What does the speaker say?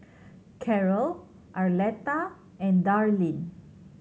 Karol Arletta and Darlene